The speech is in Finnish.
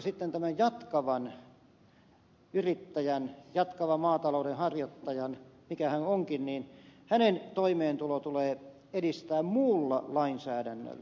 sitten tämän jatkavan yrittäjän jatkavan maatalouden harjoittajan mikä hän onkin toimeentuloaan tulee edistää muulla lainsäädännöllä